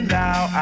now